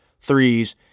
threes